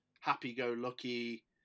happy-go-lucky